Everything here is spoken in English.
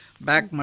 back